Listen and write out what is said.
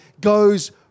goes